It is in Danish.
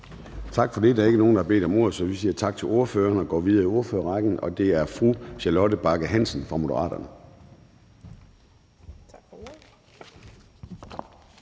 Tak for det. Der er ikke nogen, der har bedt om ordet, så vi siger tak til ordføreren og går videre i ordførerrækken. Det er fru Charlotte Bagge Hansen fra Moderaterne.